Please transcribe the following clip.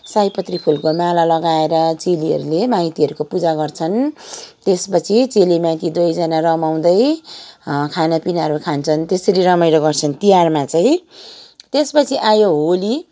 सयपत्री फुलको माला लगाएर चेलीहरूले माइतीहरूको पुजा गर्छन् त्यसपछि चेली माइती दुवैजना रमाउँदै खानापिनाहरू खान्छन् त्यसरी रमाइलो गर्छन् तिहारमा चाहिँ त्यसपछि आयो होली